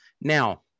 now